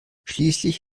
schließlich